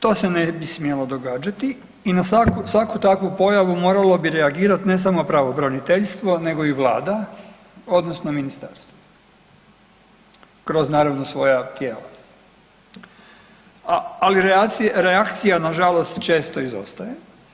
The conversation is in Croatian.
To se ne bi smjelo događati i na svaku takvu pojavu moralo bi reagirati ne samo pravobraniteljstvo nego i Vlada odnosno ministarstvo kroz naravno svoja tijela, ali reakcija nažalost često izostaje.